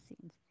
scenes